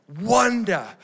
wonder